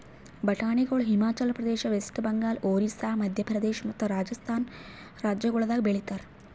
ಬಟಾಣಿಗೊಳ್ ಹಿಮಾಚಲ ಪ್ರದೇಶ, ವೆಸ್ಟ್ ಬೆಂಗಾಲ್, ಒರಿಸ್ಸಾ, ಮದ್ಯ ಪ್ರದೇಶ ಮತ್ತ ರಾಜಸ್ಥಾನ್ ರಾಜ್ಯಗೊಳ್ದಾಗ್ ಬೆಳಿತಾರ್